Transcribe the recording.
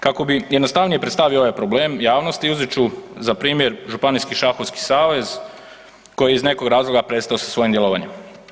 Kako bi jednostavnije predstavio ovaj problem javnosti uzet ću za primjer Županijski šahovski savez koji je iz nekog razloga prestao sa svojim djelovanjem.